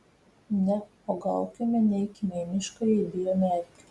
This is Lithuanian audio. neuogaukime neikime į mišką jei bijome erkių